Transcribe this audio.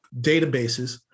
databases